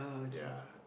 ya